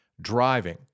Driving